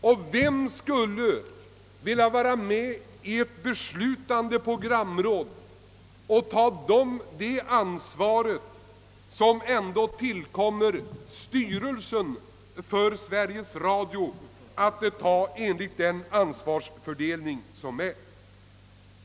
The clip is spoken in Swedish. Och vem skulle vilja tillhöra ett beslutande programråd och ta det ansvar som ändå tillkommer styrelsen för Sveriges Radio enligt gällande ansvarsfördelning?